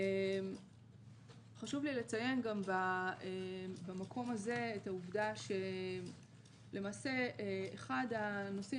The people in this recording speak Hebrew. חשוב לי לציין במקום הזה את העובדה שלמעשה אחד הנושאים